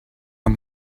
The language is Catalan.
amb